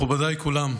מכובדיי כולם,